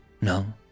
no